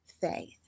faith